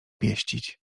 pieścić